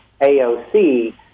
AOC